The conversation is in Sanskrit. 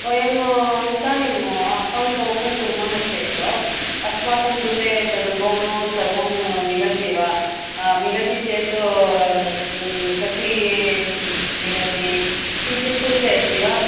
वयम् इदानीम् अकौण्ट् ओपन् कुर्मः चेत् अस्माकं कृते तद् लोन् सर्वं मिलति वा मिलति चेत् कति मिलति किञ्चित् सूचयति वा